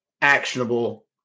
actionable